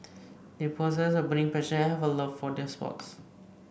they possess a burning passion and have a love for their sport